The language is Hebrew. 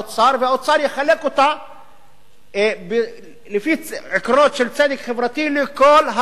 והאוצר יחלק אותה לפי עקרונות של צדק חברתי לכל הרשויות.